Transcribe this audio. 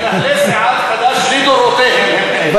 מנהלי סיעת חד"ש לדורותיהם, אחד מהם הכנסת אימצה.